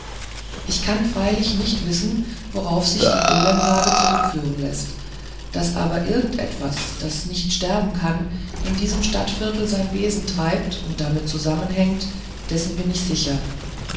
ich kann freilich nicht wissen worauf sich die golemsage zurückführen läßt daß aber irgend etwas was nicht sterben kann in diesem stadtviertel sein wesen treibt und damit zusammenhängt dessen bin ich sicher